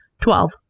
Twelve